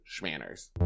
SCHMANNERS